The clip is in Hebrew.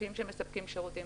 הגופים שמספקים שירותים,